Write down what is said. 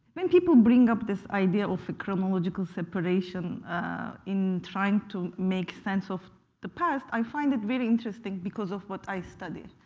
when people bring up this idea of a chronological separation in trying to make sense of the past, i find it very interesting because of what i studied